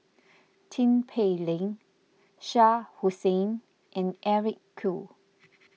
Tin Pei Ling Shah Hussain and Eric Khoo